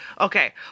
Okay